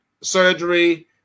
surgery